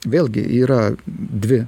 vėlgi yra dvi